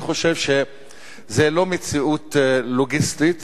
אני חושב שזו לא מציאות לוגיסטית,